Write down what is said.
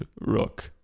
rock